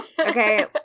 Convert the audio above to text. Okay